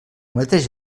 mateix